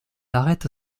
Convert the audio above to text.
arrête